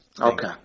Okay